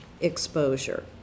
exposure